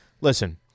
listen